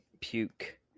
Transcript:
puke